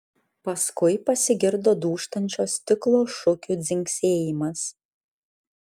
paskui pasigirdo dūžtančio stiklo šukių dzingsėjimas